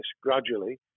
gradually